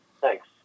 Thanks